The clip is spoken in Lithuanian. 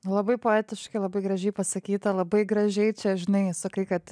labai poetiškai labai gražiai pasakyta labai gražiai čia žinai sakai kad